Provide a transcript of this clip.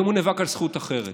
היום הוא נאבק על זכות אחרת.